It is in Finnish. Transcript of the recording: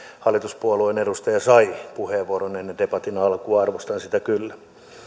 hallituspuolueen edustaja sai puheenvuoron ennen debatin alkua arvostan sitä kyllä